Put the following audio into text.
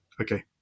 okay